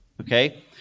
Okay